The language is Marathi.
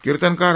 कीर्तनकार ह